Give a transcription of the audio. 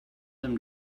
him